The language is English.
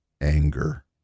anger